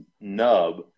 nub